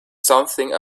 something